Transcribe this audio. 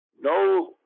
no